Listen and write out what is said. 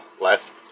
last